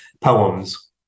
poems